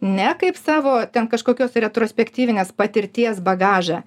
ne kaip savo ten kažkokios retrospektyvinės patirties bagažą